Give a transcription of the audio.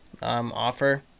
Offer